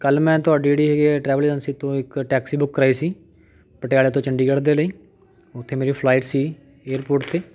ਕੱਲ੍ਹ ਮੈਂ ਤੁਹਾਡੀ ਜਿਹੜੀ ਹੈਗੀ ਆ ਟਰੈਵਲ ਏਜੰਸੀ ਤੋਂ ਇੱਕ ਟੈਕਸੀ ਬੁੱਕ ਕਰਵਾਈ ਸੀ ਪਟਿਆਲੇ ਤੋਂ ਚੰਡੀਗੜ੍ਹ ਦੇ ਲਈ ਉੱਥੇ ਮੇਰੀ ਫਲਾਈਟ ਸੀ ਏਅਰਪੋਰਟ 'ਤੇ